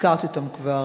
הזכרתי אותם כבר